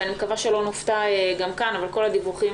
ואני מקווה שלא נופתע כאן אבל כל הדיווחים